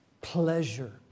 Pleasure